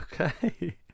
Okay